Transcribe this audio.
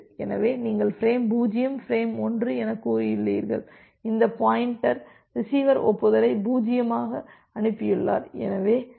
எனவே நீங்கள் frame 0 frame 1 எனக் கூறியுள்ளீர்கள் இந்த பாயின்டர் ரிசீவர் ஒப்புதல் 0ஐ அனுப்பியுள்ளார்